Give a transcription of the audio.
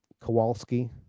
Kowalski